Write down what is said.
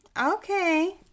Okay